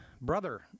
brother